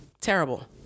Terrible